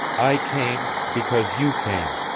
i came because you came.